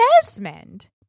Desmond